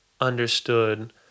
understood